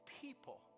people